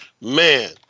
Man